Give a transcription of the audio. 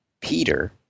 Peter